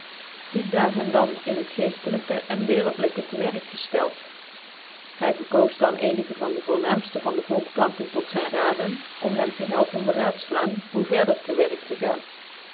daar hem dan in het geeftckjkc cn wereldlijke tc werk gcftcld hy verkoos dan ccnigc van dc voornaamftc van dc volkplanting tot zyn raden om hem te helpen bcraadflaan hoe verder tc werk tc g